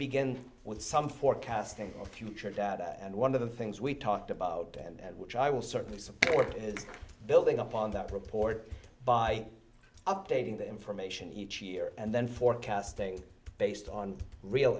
begin with some forecasting of future data and one of the things we talked about and which i will certainly support is building upon that report by updating the information each year and then forecasting based on real